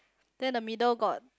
then the middle got